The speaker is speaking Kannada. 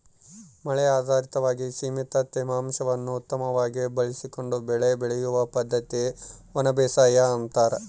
ಮಳೆ ಆಧಾರಿತವಾಗಿ ಸೀಮಿತ ತೇವಾಂಶವನ್ನು ಉತ್ತಮವಾಗಿ ಬಳಸಿಕೊಂಡು ಬೆಳೆ ಬೆಳೆಯುವ ಪದ್ದತಿಗೆ ಒಣಬೇಸಾಯ ಅಂತಾರ